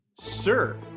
Sir